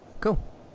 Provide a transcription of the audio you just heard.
Cool